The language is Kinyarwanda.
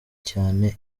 cyane